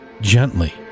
gently